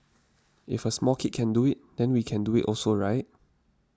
if a small kid can do it then we can do it also right